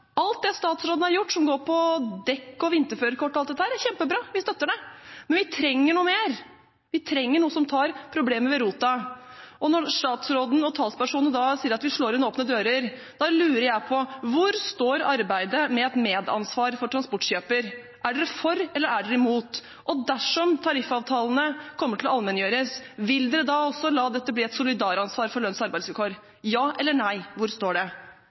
Alt det statsråden har gjort, som går på dekk og vinterførerkort og alt dette, er kjempebra – vi støtter det. Men vi trenger noe mer, vi trenger noe som tar problemet med roten. Når statsråden og talspersonene sier at vi slår inn åpne dører, lurer jeg på: Hvor står arbeidet med et medansvar for transportkjøper? Er dere for, eller er dere imot? Og dersom tariffavtalene kommer til å allmenngjøres, vil dere da også la dette bli et solidaransvar for lønns- og arbeidsvilkår? Ja eller nei – hvor står det? Vil dere stramme inn på kabotasjereglene? En samlet bransje sier at det